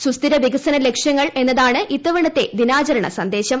സുസ്ഥിര വികസന ലക്ഷ്യങ്ങൾ എന്നതാണ് ഇത്തവണത്തെ ദിനാചരണ സന്ദേശം